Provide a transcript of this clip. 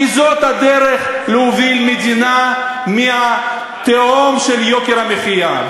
כי זאת הדרך להוביל מדינה מהתהום של יוקר המחיה.